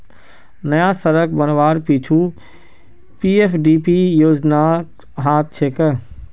नया सड़क बनवार पीछू पीएफडीपी योजनार हाथ छेक